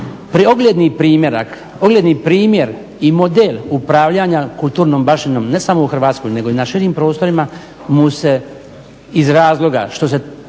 ogledni primjer i model upravljanja kulturnom baštinom ne samo u Hrvatskoj nego i na širim prostorima mu se iz razloga što se